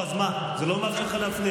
אז מה, זה לא מרשה לך להפריע.